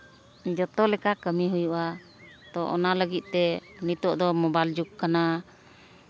ᱡᱚᱛᱚ ᱞᱮᱠᱟ ᱠᱟᱹᱢᱤ ᱦᱩᱭᱩᱜᱼᱟ ᱛᱳ ᱚᱱᱟ ᱞᱟᱹᱜᱤᱫ ᱛᱮ ᱱᱤᱛᱚᱜ ᱫᱚ ᱢᱳᱵᱟᱭᱤᱞ ᱡᱩᱜᱽ ᱠᱟᱱᱟ